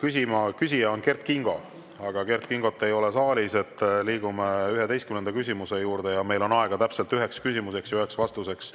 Küsija on Kert Kingo, aga Kert Kingot ei ole saalis. Liigume 11. küsimuse juurde. Meil on aega täpselt üheks küsimuseks ja üheks vastuseks.